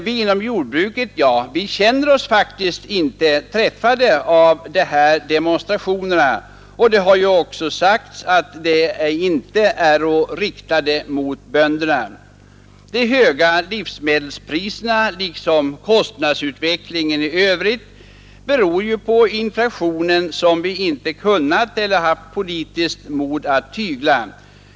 Vi inom jordbruket känner oss faktiskt inte träffade av demonstrationerna, och det har ju också sagts att de inte är riktade mot bönderna. De höga livsmedelspriserna liksom kostnadsutvecklingen i övrigt beror på att vi inte kunnat eller inte haft politiskt mod att tygla inflationen.